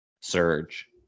surge